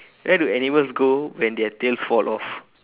where do animals go when their tails fall off